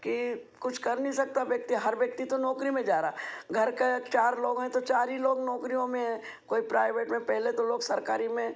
की कुछ कर नहीं सकता व्यक्ति हर व्यक्ति तो नौकरी में ही जा रहा घर के चार लोग हैं तो चार ही लोग नौकरियों में हैं कोई प्राइवेट में पहले तो लोग सरकारी में